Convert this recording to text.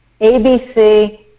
ABC